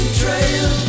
trail